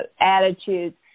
attitudes